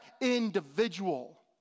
individual